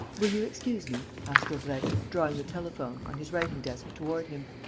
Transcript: will you excuse me? asked daubrecq, drawing the telephone, on his writing-desk, toward him.